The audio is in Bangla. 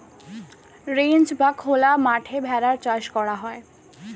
রেঞ্চ বা খোলা মাঠে ভেড়ার চাষ করা হয়